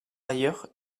ailleurs